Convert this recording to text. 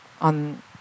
on